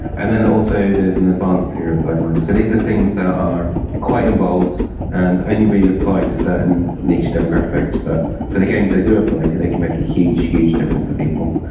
and then also there is an advanced tier of guidelines. so these are things that are quite involved and only really apply to certain niche demographics, but for the games they do apply to they can make a huge, huge difference to people.